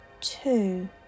two